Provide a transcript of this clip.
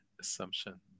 assumption